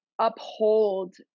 uphold